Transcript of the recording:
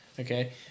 Okay